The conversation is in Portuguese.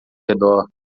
redor